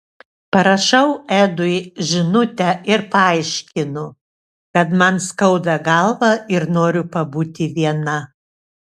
parašau edui žinutę ir paaiškinu kad man skauda galvą ir noriu pabūti viena